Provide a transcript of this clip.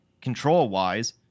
control-wise